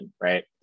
right